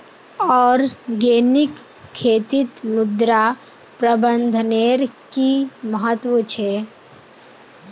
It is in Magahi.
ऑर्गेनिक खेतीत मृदा प्रबंधनेर कि महत्व छे